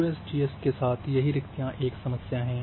USGS के साथ यही रिक्क्तियाँ एक समस्या है